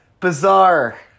bizarre